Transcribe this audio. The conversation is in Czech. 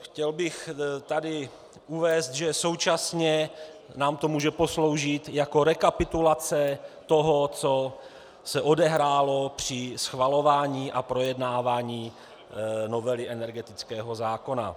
Chtěl bych tady uvést, že současně nám to může posloužit jako rekapitulace toho, co se odehrálo při schvalování a projednávání novely energetického zákona.